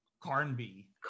Carnby